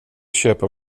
köpa